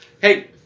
Hey